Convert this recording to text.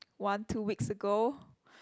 one two weeks ago